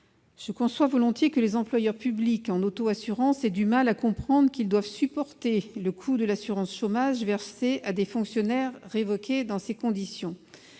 Je conçois volontiers que les employeurs publics en auto-assurance aient du mal à comprendre qu'ils doivent supporter le coût de l'allocation d'assurance chômage versée à des fonctionnaires révoqués dans ces conditions.